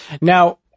Now